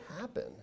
happen